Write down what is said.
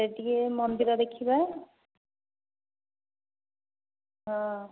ସେଇଠି ଟିକିଏ ମନ୍ଦିର ଦେଖିବା ହଁ